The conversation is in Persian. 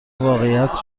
واقعیت